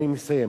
אני מסיים.